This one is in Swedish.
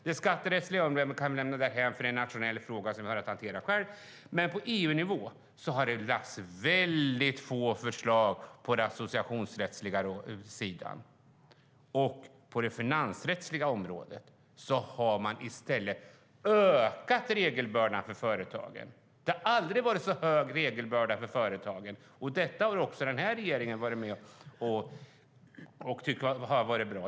Det skatterättsliga området kan vi lämna därhän, för det är en nationell fråga som vi har att hantera själva, men på EU-nivå har det lagts fram väldigt få förslag på den associationsrättsliga sidan. På det finansrättsliga området har man däremot ökat regelbördan för företagen. De har aldrig haft så stor regelbörda. Detta har regeringen varit med om och tyckt har varit bra.